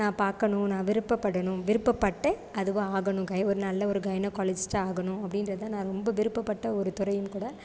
நான் பார்க்கணுன்னு நான் விருப்பப்படணும் விருப்பப்பட்டேன் அதுவாக ஆகணும் கை நல்ல ஒரு கைனோகாலஜிஸ்ட்டாக ஆகணும் அப்படின்றது தான் நான் ரொம்ப விருப்பப்பட்ட ஒரு துறையும் கூட